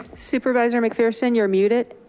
supervisor macpherson you're muted,